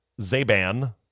Zaban